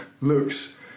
looks